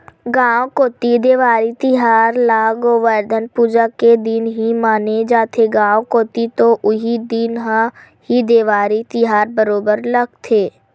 गाँव कोती देवारी तिहार ल गोवरधन पूजा के दिन ही माने जाथे, गाँव कोती तो उही दिन ह ही देवारी तिहार बरोबर लगथे